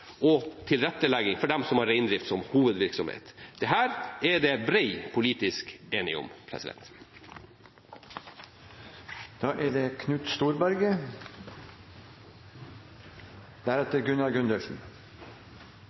og tilrettelegging for dem som har reindrift som hovedvirksomhet. Dette er det bred politisk enighet om. Jeg burde kanskje starte med å si at jeg er